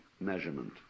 measurement